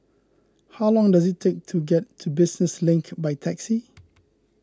how long does it take to get to Business Link by taxi